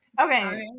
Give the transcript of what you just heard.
Okay